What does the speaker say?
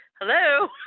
Hello